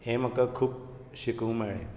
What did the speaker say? हे म्हाका खूब शिकुंक मेळ्ळें